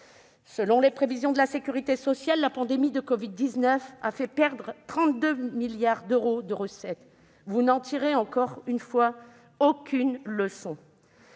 Selon les prévisions de la sécurité sociale, la pandémie de covid-19 a fait perdre 32 milliards d'euros de recettes. Encore une fois, vous n'en tirez aucune leçon.